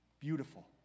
beautiful